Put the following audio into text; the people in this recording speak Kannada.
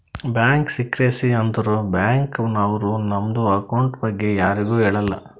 ಬ್ಯಾಂಕ್ ಸಿಕ್ರೆಸಿ ಅಂದುರ್ ಬ್ಯಾಂಕ್ ನವ್ರು ನಮ್ದು ಅಕೌಂಟ್ ಬಗ್ಗೆ ಯಾರಿಗು ಹೇಳಲ್ಲ